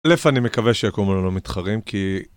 אלף אני מקווה שיקומו לנו מתחרים, כי...